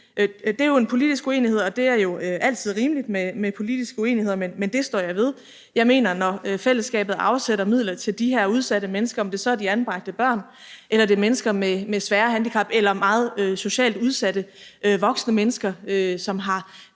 Det er jo en politisk uenighed, og det er jo altid rimeligt med politiske uenigheder, men det står jeg ved. Jeg mener, at når fællesskabet afsætter midler til de her udsatte mennesker, om det så er til de anbragte børn, eller det er til mennesker med svære handicap eller meget socialt udsatte voksne mennesker, som har